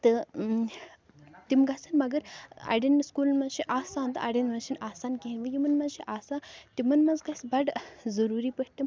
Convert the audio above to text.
تہٕ تِم گَژھن مگر اَڑیٚن سُکوٗلَن منٛز چھِ آسان تہٕ اَڑیٚن منٛز چھِنہٕ آسان کِہیٖنۍ وۄنۍ یِمَن منٛز چھِ آسان تِمَن منٛز گژھہِ بَڑٕ ضروٗری پٲٹھۍ تِم